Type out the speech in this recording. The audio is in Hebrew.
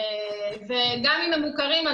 ואם הם מוכרים,